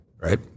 Right